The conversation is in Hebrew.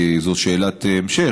כי זו שאלת המשך,